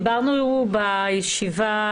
בישיבה,